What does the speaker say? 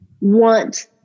want